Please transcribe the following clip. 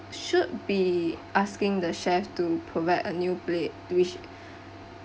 should be asking the chef to provide a new plate which